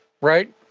right